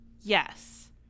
Yes